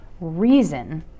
reason